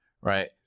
right